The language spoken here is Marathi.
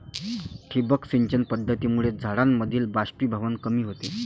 ठिबक सिंचन पद्धतीमुळे झाडांमधील बाष्पीभवन कमी होते